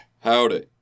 Howdy